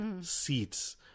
seats